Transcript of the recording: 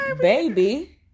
baby